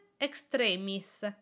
extremis